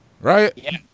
right